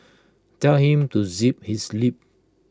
tell him to zip his lip